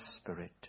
Spirit